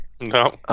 no